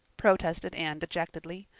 protested anne dejectedly.